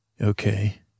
Okay